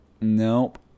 Nope